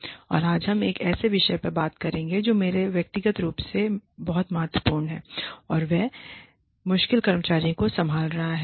और आज हम एक ऐसे विषय पर बात करेंगे जो मेरे लिए व्यक्तिगत रूप से बहुत महत्वपूर्ण है और वह मुश्किल कर्मचारियों को संभाल रहा है